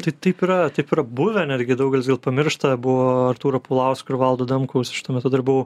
tai taip yra taip yra buvę netgi daug kas gal pamiršta buvo artūro paulausko ir valdo adamkaus aš tuo metu dirbau